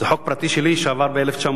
זה חוק פרטי שלי שעבר ב-1986,